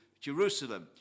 Jerusalem